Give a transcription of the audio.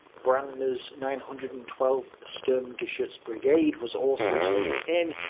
brandner's nine hundred and twelfth sturmgeschutz brigade was also sent in,